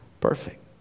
perfect